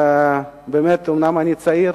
באמת, אומנם אני צעיר,